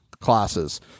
classes